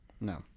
No